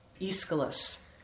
Aeschylus